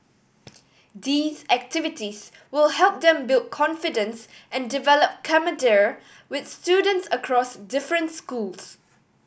these activities will help them build confidence and develop camaraderie with students across different schools